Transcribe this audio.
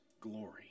glory